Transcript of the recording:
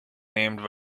named